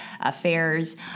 affairs